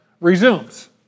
resumes